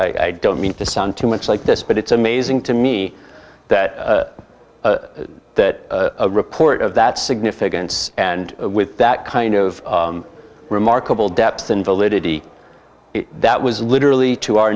i don't mean to sound too much like this but it's amazing to me that that report of that significance and with that kind of remarkable depth and validity that was literally to our